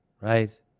right